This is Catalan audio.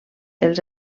els